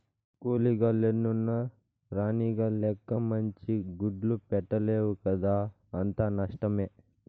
కూలీగ లెన్నున్న రాణిగ లెక్క మంచి గుడ్లు పెట్టలేవు కదా అంతా నష్టమే